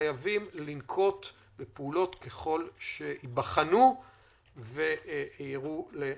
וחייבים לנקוט בפעולות, ככל שייבחנו ויראו לנכון.